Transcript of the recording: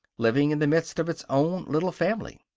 living in the midst of its own little family.